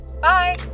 Bye